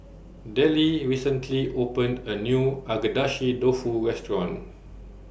Dellie recently opened A New Agedashi Dofu Restaurant